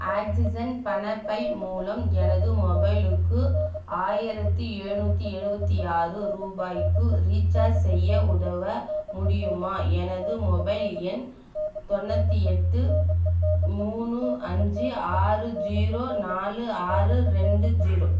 oxygen பணப்பை மூலம் எனது மொபைலுக்கு ஆயிரத்து ஏழ்நூற்றி எழுபத்தி ஆறு ரூபாய்க்கு ரீசார்ஜ் செய்ய உதவ முடியுமா எனது மொபைல் எண் தொண்ணூற்றி எட்டு மூணு அஞ்சு ஆறு ஜீரோ நாலு ஆறு ரெண்டு ஜீரோ